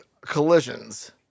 collisions